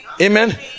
amen